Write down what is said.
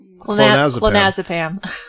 clonazepam